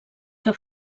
que